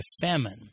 famine